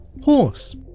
Horse